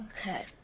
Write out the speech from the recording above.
Okay